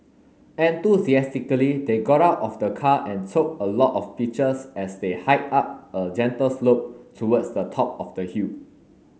enthusiastically they got out of the car and took a lot of pictures as they hiked up a gentle slope towards the top of the hill